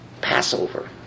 Passover